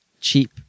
cheap